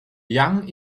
young